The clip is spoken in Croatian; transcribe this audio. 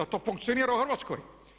To funkcionira u Hrvatskoj.